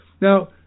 Now